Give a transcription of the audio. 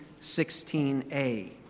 16a